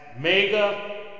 mega